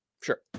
Sure